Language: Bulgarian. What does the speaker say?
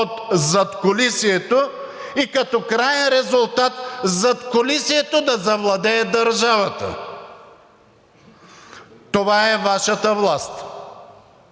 от задкулисието и като краен резултат задкулисието да завладее държавата. Това е Вашата власт.